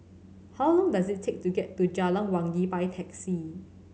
how long does it take to get to Jalan Wangi by taxi